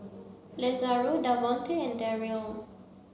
Lazaro Davonte and Deryl